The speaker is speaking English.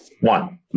one